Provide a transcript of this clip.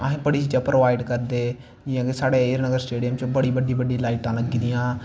असें बड़ी चीजां प्रबाईड़ करदे जियां कि साढ़ै हीरनगर स्टेडियम च बड़ी बड्डी बड्डी लाईटां लग्गी दियां